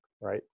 right